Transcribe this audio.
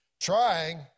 Trying